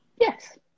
Yes